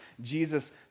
Jesus